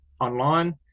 online